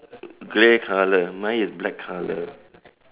grey color mine is black color